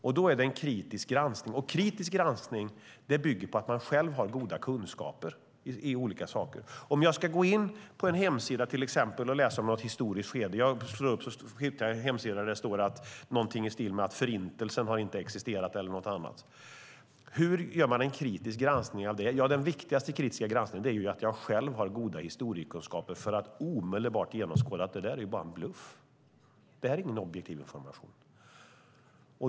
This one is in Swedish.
Då behövs det en kritisk granskning, och kritisk granskning bygger på att man själv har goda kunskaper om olika saker. Om jag till exempel går in på en hemsida för att läsa om något historiskt skede hittar jag kanske en hemsida där det står något i stil med att Förintelsen inte har existerat eller något annat. Hur gör man en kritisk granskning av det? Den viktigaste kritiska granskningen handlar om att jag själv har goda historiekunskaper för att omedelbart genomskåda att detta bara är en bluff. Detta är ingen objektiv information.